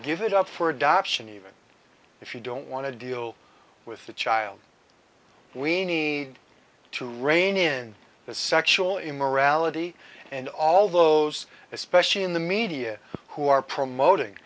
give it up for adoption even if you don't want to deal with the child we need to rein in the sexual immorality and all those especially in the media who are promoting